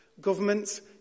Governments